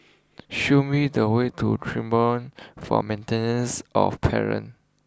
show me the way to Tribunal for Maintenance of Parents